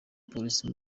polisi